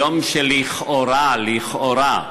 יום שלכאורה, לכאורה,